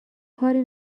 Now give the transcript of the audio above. کاری